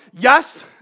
yes